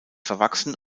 verwachsen